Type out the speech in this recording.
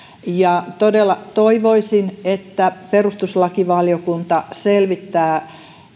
todella toivoisin että perustuslakivaliokunta selvittää